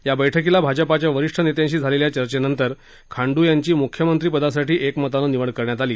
या बैठकीत भाजपाच्या वरिष्ठ नेत्यांशी झालेल्या चर्चेनंतर खांडू यांची मुख्यमंत्रीपदासाठी एकमतानं निवड करण्यात आली